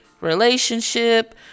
relationship